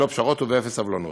ללא פשרות ובאפס סובלנות.